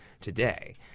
today